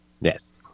Yes